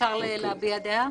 אפשר להביע דעה?